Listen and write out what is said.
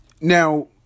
now